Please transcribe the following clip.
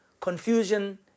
confusion